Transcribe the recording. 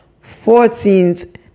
fourteenth